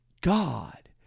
God